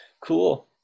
cool